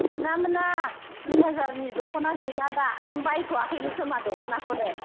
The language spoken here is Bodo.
मोना मोना दुइ हाजारनि दख'ना गैला दा नों बायथ'याखैनो खोमा दख'नाखौनो